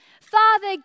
Father